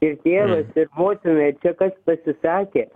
ir tėvas ir motinai čia kas pasisakė